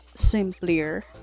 simpler